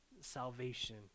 salvation